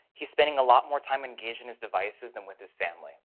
he's spending a lot more time engaged in his devices than with his family.